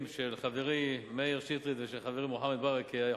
של חברי מאיר שטרית ושל חברי מוחמד ברכה,